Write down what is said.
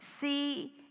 See